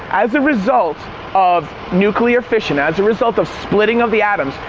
as the result of nuclear fission, as a result of splitting of the atoms,